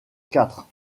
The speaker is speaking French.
quatre